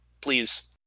Please